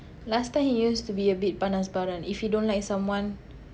last time he used to be a bit panas baran if he don't like someone